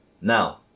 Now